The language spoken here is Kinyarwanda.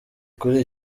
kuri